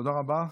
תודה רבה.